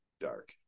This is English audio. dark